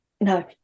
No